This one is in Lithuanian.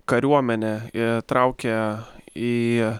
kariuomenę e traukia į